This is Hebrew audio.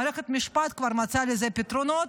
מערכת המשפט כבר מצאה לזה פתרונות,